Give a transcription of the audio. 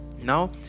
Now